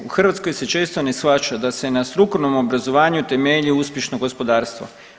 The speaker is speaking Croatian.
U Hrvatskoj se često ne shvaća da se na strukovnom obrazovanju temelji uspješno gospodarstvo.